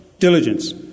diligence